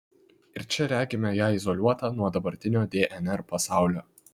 ir čia regime ją izoliuotą nuo dabartinio dnr pasaulio